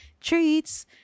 treats